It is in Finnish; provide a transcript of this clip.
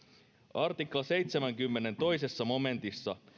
artikla seitsemänkymmenen toisessa momentissa